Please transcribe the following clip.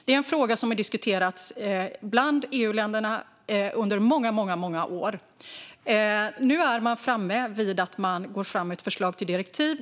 Det är en fråga som har diskuterats bland EU-länderna under många, många år. Nu är man framme vid att ha ett förslag till direktiv.